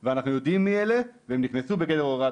אנחנו ממילא, אנחנו עכשיו מגבשים נתונים,